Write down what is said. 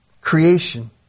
Creation